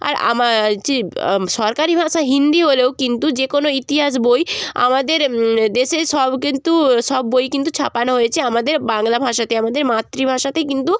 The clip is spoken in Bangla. আর যে সরকারি ভাষা হিন্দি হলেও কিন্তু যে কোনো ইতিহাস বই আমাদের দেশে সব কিন্তু সব বই কিন্তু ছাপানো হয়েছে আমাদের বাংলা ভাষাতে আমাদের মাতৃভাষাতে কিন্তু